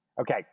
Okay